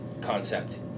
concept